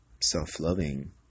self-loving